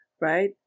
right